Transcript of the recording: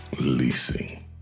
leasing